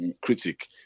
critic